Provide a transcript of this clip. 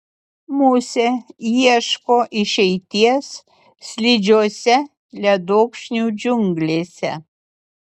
musė ieško išeities slidžiose ledokšnių džiunglėse